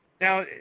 now